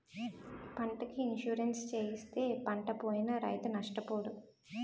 పంటకి ఇన్సూరెన్సు చేయిస్తే పంటపోయినా రైతు నష్టపోడు